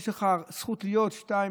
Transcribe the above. יש לך זכות להיות שעתיים,